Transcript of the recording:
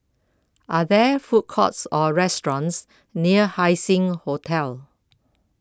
are there food courts or restaurants near Haising Hotel